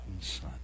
son